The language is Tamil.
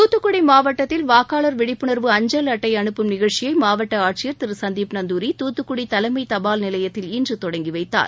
தூத்துக்குடி மாவட்டத்தில் வாக்காளர் விழிப்புணர்வு அஞ்சல் அட்டை அனுப்பும் நிகழ்ச்சியை மாவட்ட ஆட்சியர் திரு சந்திப் நந்துாரி தூத்துக்குடி தலைமை தபால் நிலையத்தில் இன்று தொடங்கி வைத்தார்